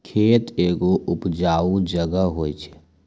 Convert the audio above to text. खेत एगो उपजाऊ जगह होय छै